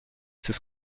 this